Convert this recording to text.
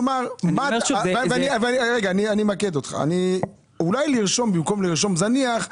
אני אמקד אותך, אולי במקום לרשום זניח,